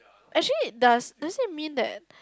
actually does does it mean that